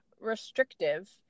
restrictive